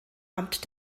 amt